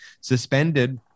suspended